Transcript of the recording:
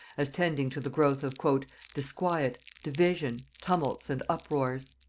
as tending to the growth of disquiet, division, tumults and uproars.